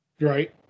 Right